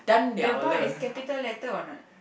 the bar is capital letter or not